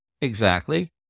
Exactly